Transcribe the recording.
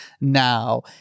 now